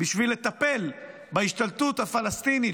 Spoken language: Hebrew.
בשביל לטפל בהשתלטות הפלסטינית,